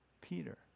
Peter